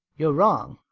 you're wrong.